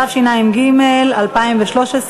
התשע"ג 2013,